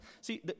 See